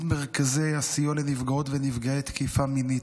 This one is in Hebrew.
מרכזי הסיוע לנפגעות ונפגעי תקיפה מינית,